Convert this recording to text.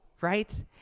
right